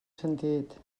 sentit